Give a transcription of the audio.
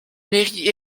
mairie